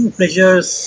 pleasures